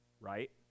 Right